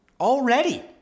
already